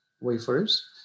wafers